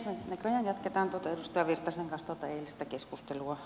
me näköjään jatkamme edustaja virtasen kanssa tuota eilistä keskustelua